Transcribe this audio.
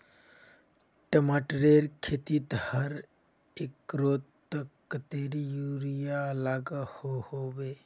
टमाटरेर खेतीत हर एकड़ोत कतेरी यूरिया लागोहो होबे?